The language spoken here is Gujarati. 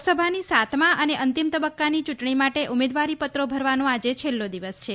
લોકસભાની સાતમા અને અંતિમ તબક્કાની ચ્રંટણી માટે ઉમેદવારીપત્રો ભરવાનો આજે છેલ્લો દિવસ છે